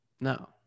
no